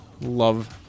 love